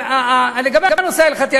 לגבי הנושא ההלכתי,